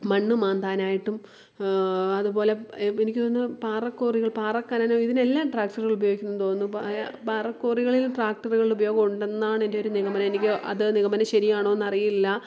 മണ്ണ് മാന്താനായിട്ടും അതുപോലെ എനിക്ക് തോന്നുന്നു പാറ ക്വാറികൾ പാറ ഖനനം ഇതിനെല്ലാം ട്രാക്ടറുകൾ ഉപയോഗിക്കുന്നു എന്ന് തോന്നുന്നു പാ പാറ ക്വാറികളിൽ ട്രാക്ടറുകളുടെ ഉപയോഗം ഉണ്ടെന്നാണ് എൻ്റെ ഒരു നിഗമനം അത് നിഗമനം ശരിയാണോ എന്നറിയില്ല